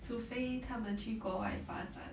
除非他们去国外发展